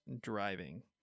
driving